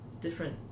different